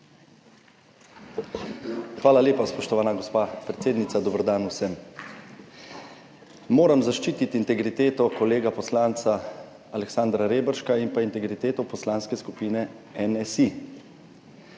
Hvala lepa, spoštovana gospa predsednica. Dober dan vsem! Moram zaščititi integriteto kolega poslanca Aleksandra Reberška in integriteto Poslanske skupine NSi.